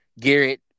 Garrett